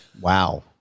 Wow